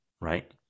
Right